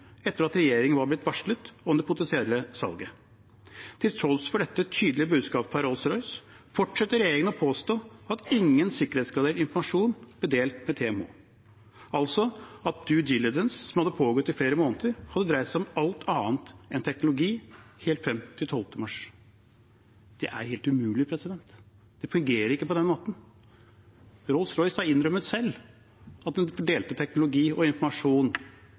etter at regjeringen var blitt varslet om det potensielle salget. Til tross for dette tydelige budskapet fra Rolls-Royce fortsetter regjeringen å påstå at ingen sikkerhetsgradert informasjon ble delt med TMH, altså at «due diligence» – som hadde pågått i flere måneder – hadde dreid seg om alt annet enn teknologi helt frem til 12. april. Det er helt umulig. Det fungerer ikke på den måten. Rolls-Royce har selv innrømmet at de delte teknologi og informasjon